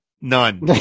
None